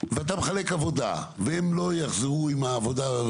ואתה מחלק עבודה והם לא יחזרו עם העבודה,